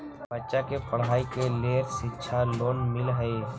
बच्चा के पढ़ाई के लेर शिक्षा लोन मिलहई?